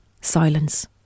Silence